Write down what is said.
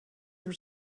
were